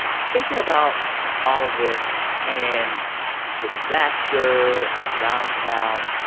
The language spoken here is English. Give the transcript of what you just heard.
thinking about all of this and the disaster and johnstown,